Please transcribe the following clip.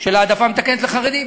של העדפה מתקנת לחרדים.